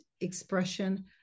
expression